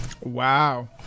Wow